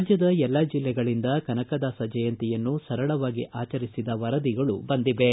ರಾಜ್ಯದ ಎಲ್ಲಾ ಜೆಲ್ಲೆಗಳಿಂದ ಕನಕದಾಸ ಜಯಂತಿಯನ್ನು ಸರಳವಾಗಿ ಆಚರಿಸಿದ ವರದಿಗಳು ಬಂದಿವೆ